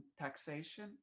taxation